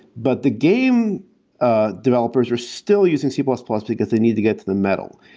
but the game ah developers were still using c plus plus, because they needed to get to the metal.